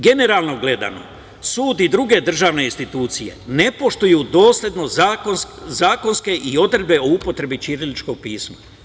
Generalno gledano, sud i u druge državne institucije ne poštuju doslednost zakonske i odredbe o upotrebi ćiriličkog pisma.